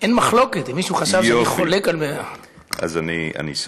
אין מחלוקת, אם מישהו חשב שאני חולק.